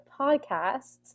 podcasts